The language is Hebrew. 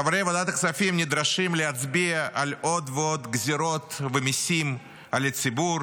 חברי ועדת הכספים נדרשים להצביע על עוד ועוד גזרות ומיסים על הציבור